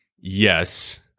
yes